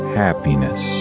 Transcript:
happiness